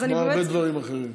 כמו להרבה דברים אחרים.